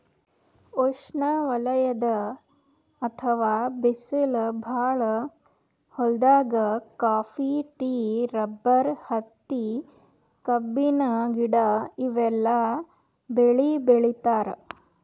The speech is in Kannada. ಉಷ್ಣವಲಯದ್ ಅಥವಾ ಬಿಸ್ಲ್ ಭಾಳ್ ಹೊಲ್ದಾಗ ಕಾಫಿ, ಟೀ, ರಬ್ಬರ್, ಹತ್ತಿ, ಕಬ್ಬಿನ ಗಿಡ ಇವೆಲ್ಲ ಬೆಳಿ ಬೆಳಿತಾರ್